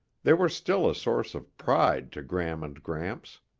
they were still a source of pride to gram and gramps.